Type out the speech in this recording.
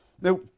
Now